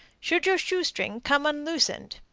should your shoestring come unloosened,